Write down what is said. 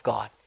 God